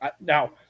Now